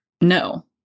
no